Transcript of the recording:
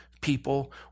people